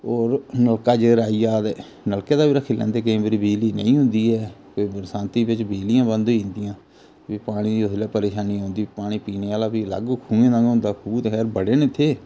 होर नलका जेकर आई जाऽ ते नलके दा बी रक्खी लैंदे केईं बारी बिजली नेईं होंदी ऐ कोई बरसांदी बिच्च बिजलियां बंद होई जंदियां भी पानी दी उसलै परेशानी औंदी पानी पीने आह्ला बी अलग खूहें दा गै होंदा खूह् ते खैर बड़े न इत्थै